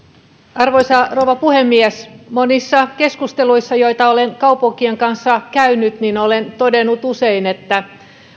arvoisa rouva puhemies monissa keskusteluissa joita olen kaupunkien kanssa käynyt olen usein todennut että